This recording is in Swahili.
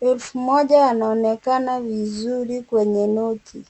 elfu moja yanaonekana vizuri kwenye noti.